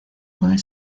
pueden